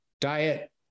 diet